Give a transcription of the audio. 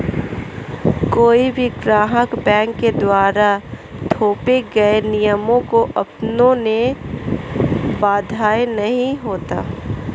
कोई भी ग्राहक बैंक के द्वारा थोपे गये नियमों को अपनाने में बाध्य नहीं होता